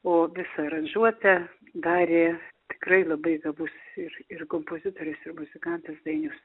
o visą aranžuotę darė tikrai labai gabus ir ir kompozitorius ir muzikantas dainius